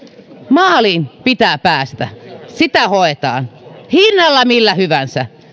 maaliin pitää päästä sitä hoetaan hinnalla millä hyvänsä